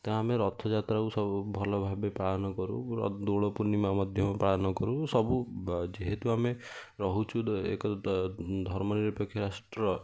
ତ ଆମେ ରଥଯାତ୍ରାକୁ ସବୁ ଭଲ ଭାବେ ପାଳନ କରୁ ଦୋଳ ପୂର୍ଣ୍ଣିମା ମଧ୍ୟ ପାଳନ କରୁ ସବୁ ଯେହେତୁ ଆମେ ରହୁଛୁ ଏକ ଧର୍ମ ନିରପେକ୍ଷ ରାଷ୍ଟ୍ର